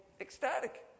ecstatic